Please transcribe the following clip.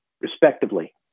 respectively